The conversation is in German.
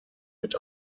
mit